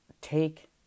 take